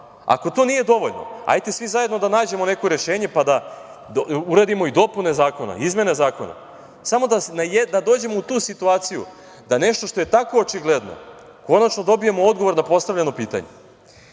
Ako to nije dovoljno, hajde svi zajedno da nađemo neko rešenje, pa da uradimo i dopune zakona, izmene zakona, samo da dođemo u tu situaciju da nešto što je tako očigledno, konačno dobijemo odgovor na postavljeno pitanje. Složiću